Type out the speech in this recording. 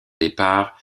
départ